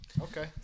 Okay